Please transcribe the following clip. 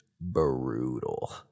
brutal